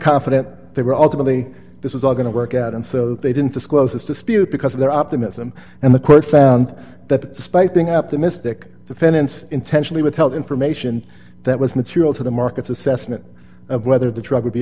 confident they were ultimately this was all going to work out and so they didn't disclose this dispute because of their optimism and the court found that spiking up the mystic defendants intentionally withheld information that was material to the market's assessment of whether the truck would be